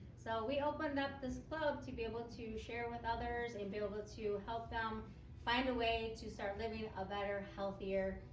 so we opened up this club to be able to share with others and be able to help them find a way to start living a better, healthier,